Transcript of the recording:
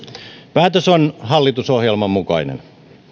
päätös on hallitusohjelman mukainen